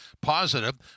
positive